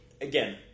Again